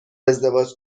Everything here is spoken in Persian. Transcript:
ازدواج